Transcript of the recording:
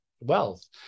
wealth